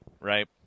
right